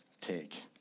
take